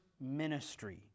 ministry